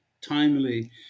timely